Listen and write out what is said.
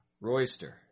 Royster